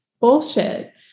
bullshit